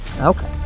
Okay